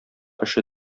эше